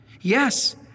Yes